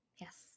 Yes